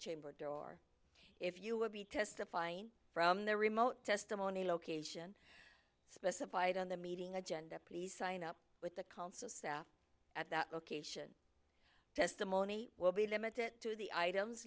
chamber door if you will be testifying from the remote testimony location specified on the meeting agenda please sign up with the council staff at that location testimony will be limited to the items